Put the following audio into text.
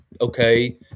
okay